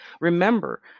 Remember